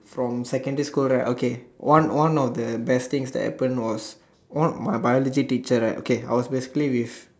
from secondary school right okay one one of the best things that happen was one my biology teacher right okay I was basically with